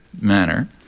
manner